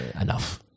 enough